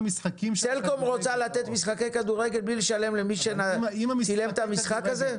סלקום רוצה לתת משחקי כדורגל בלי לשלם למי שצילם את המשחק הזה?